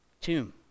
tomb